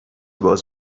باز